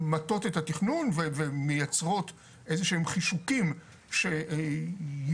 שמטות את התכנון ומייצרות אילו שהם חישוקים --- מה,